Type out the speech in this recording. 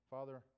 Father